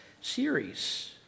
series